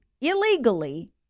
illegally